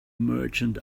merchant